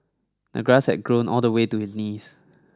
the grass had grown all the way to his knees